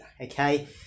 okay